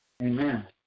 Amen